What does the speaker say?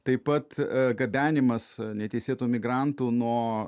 taip pat gabenimas neteisėtų migrantų nuo